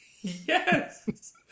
Yes